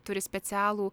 turi specialų